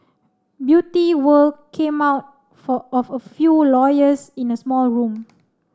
Beauty World came out for of a few lawyers in a small room